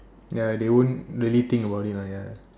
ya they won't really think about it lah ya